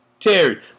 Terry